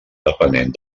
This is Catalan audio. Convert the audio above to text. depenent